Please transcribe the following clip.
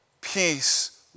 peace